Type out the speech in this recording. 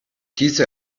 diese